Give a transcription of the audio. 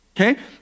Okay